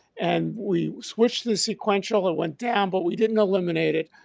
and we switched, the sequential, it went down, but we didn't eliminate it.